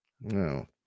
no